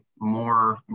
more